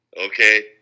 okay